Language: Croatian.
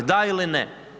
Da ili ne?